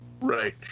Right